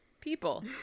people